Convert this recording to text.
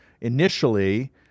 initially